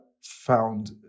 found